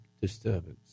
disturbance